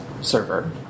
server